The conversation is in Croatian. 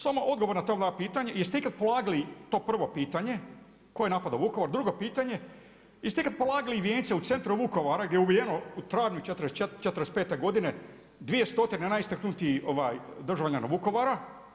Samo odgovor na ta moja pitanja, jeste ikad polagali, to prvo pitanje, tko je napadao Vukovar, drugo pitanje, jeste ikada polagali vijence u centru Vukovara, gdje je ubijeno u travnju '45. godine 200 najistaknutijih državljanina Vukovara.